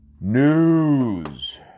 News